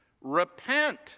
Repent